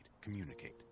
Communicate